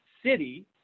city